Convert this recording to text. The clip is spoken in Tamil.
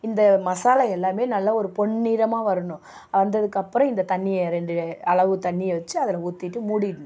இந்த மசாலா எல்லாம் நல்லா ஒரு பொன்னிறமாக வரணும் வந்ததுக்கு அப்புறம் இந்த தண்ணியை ரெண்டு அளவு தண்ணியை வச்சி அதில் ஊற்றிட்டு மூடிவிடணும்